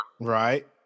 Right